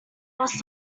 lost